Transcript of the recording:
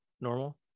normal